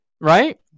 right